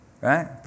right